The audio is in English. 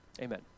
amen